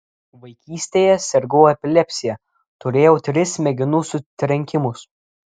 vaikystėje sirgau epilepsija turėjau tris smegenų sutrenkimus